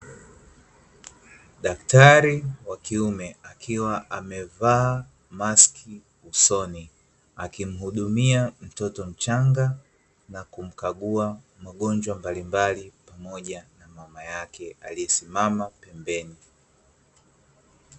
Daktari wa kiume akiwa amevaa maski usoni, akimhudumia mtoto mchanga na kumkagua magonjwa mbalimbali, pamoja na mama yake aliyesimama pembeni.